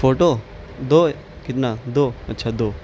photo دو کتنا دو اچھا دو